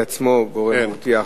הוא עצמו גורם מרתיע,